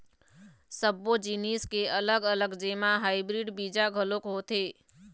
सब्बो जिनिस के अलग अलग जेमा हाइब्रिड बीजा घलोक होथे